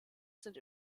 sind